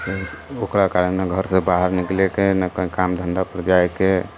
ओकरा कारण नहि घरसँ बाहर निकलैके नहि कहीँ काम धन्धापर जाइके